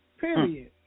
Period